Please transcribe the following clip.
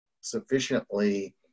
sufficiently